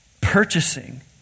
purchasing